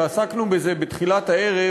ועסקנו בזה בתחילת הערב,